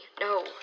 No